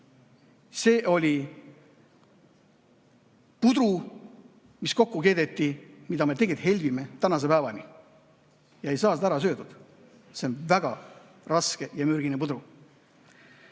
See oli pudru, mis kokku keedeti ja mida me tegelikult helbime tänase päevani ega saa seda ära söödud. See on väga raske ja mürgine pudru. Hiljem